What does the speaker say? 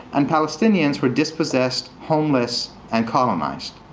and palestinians who are dispossessed, homeless, and colonized.